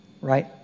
Right